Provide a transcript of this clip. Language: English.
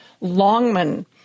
Longman